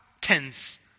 tense